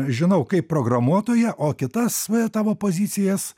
žinau kaip programuotoją o kitas tavo pozicijas